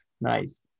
Nice